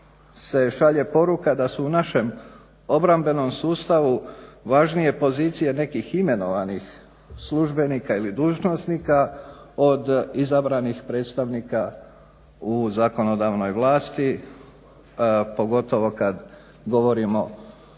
se šalje poruka da su u našem obrambenom sustavu važnije pozicije nekih imenovanih službenika ili dužnosnika od izabranih predstavnika u zakonodavnoj vlasti pogotovo kad govorimo